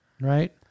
right